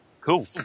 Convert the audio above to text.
cool